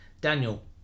Daniel